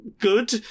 good